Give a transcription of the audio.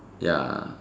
ya